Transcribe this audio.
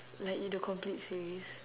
like y~ the complete series